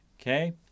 Okay